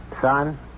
Son